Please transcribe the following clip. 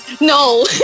No